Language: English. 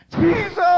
Jesus